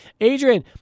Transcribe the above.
Adrian